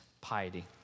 piety